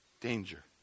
danger